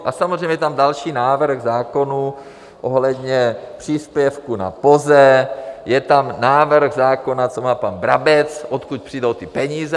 A samozřejmě je tam další návrh zákonů ohledně příspěvku na POZE, je tam návrh zákona, co má pan Brabec, odkud přijdou ty peníze.